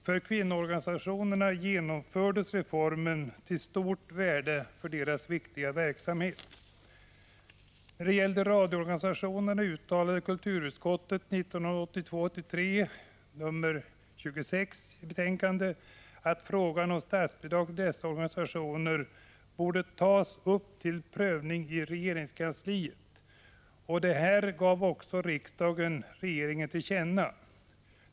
För kvinnoorganisationerna genomfördes reformen, till stort värde för deras viktiga verksamhet. När det gäller radioorganisationerna uttalade kulturutskottet i ett betänkande, 1982/83:26, att frågan om statsbidrag till dessa organisationer borde tas upp till prövning i regeringskansliet. Detta gav riksdagen också regeringen till känna.